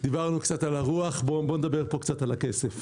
ודיברנו קצת על הרוח אבל בואו נדבר כאן קצת על הכסף.